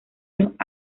los